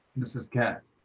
ms. katz